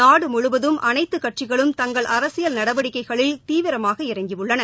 நாடு முழுவதும் அனைத்துக்கட்சிகளும் அரசியல் நடவடிக்கையில் தீவிரமாக இறங்கியுள்ளன